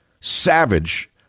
SAVAGE